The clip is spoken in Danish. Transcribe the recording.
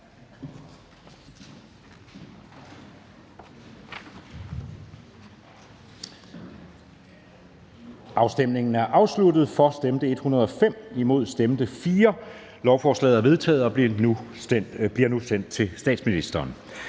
11 (KF og EL), hverken for eller mod stemte 0. Lovforslaget er vedtaget og bliver sendt til statsministeren.